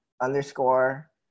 underscore